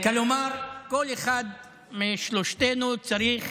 כלומר, כל אחד משלושתנו צריך